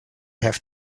have